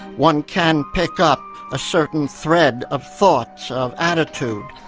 one can pick up a certain thread of thoughts, of attitude,